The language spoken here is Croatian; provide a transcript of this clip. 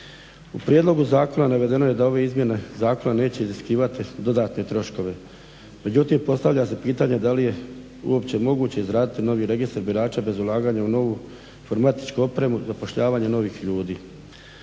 U prijedlogu zakona navedeno je da ove izmjene zakona neće iziskivati dodatne troškove. Međutim, postavlja se pitanje da li je uopće moguće izraditi novi registar birača bez ulaganja u novu informatičku opremu i zapošljavanje novih ljudi?